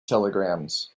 telegrams